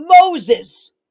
Moses